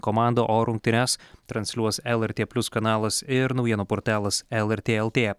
komanda o rungtynes transliuos lrt plius kanalas ir naujienų portalas lrt lt